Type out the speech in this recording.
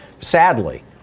Sadly